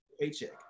paycheck